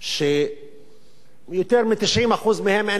שיותר מ-90% מהם אין להם רכב, והם